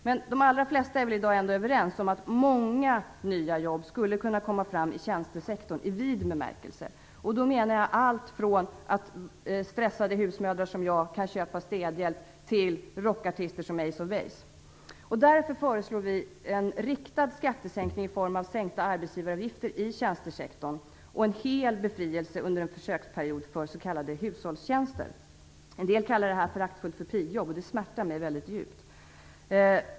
Men de allra flesta är väl i dag ändå överens om att många nya jobb skulle kunna komma fram i tjänstesektorn i vid bemärkelse. Då menar jag allt från att stressade husmödrar som jag kan köpa städhjälp till rockartister som Ace of Base. Därför föreslår vi en riktad skattesänkning i form av sänkta arbetsgivaravgifter i tjänstesektorn och hel befrielse under en försöksperiod för s.k. hushållstjänster. En del kallar det föraktfullt för pigjobb, och det smärtar mig väldigt djupt.